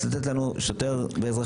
צריך להיות שר הבריאות או שר הרווחה.